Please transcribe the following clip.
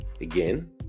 again